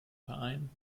verein